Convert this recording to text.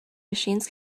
machines